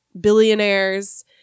billionaires